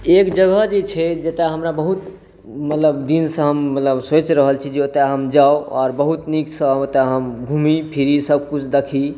एक जगह जे छै जतऽ हमरा बहुत मतलब दिनसँ मतलब हम सोचि रहल छी जे ओतऽ हम जाउ आओर बहुत नीकसँ ओतऽ हम घुमी फिरी सबकिछु देखी